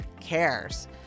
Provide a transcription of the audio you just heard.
cares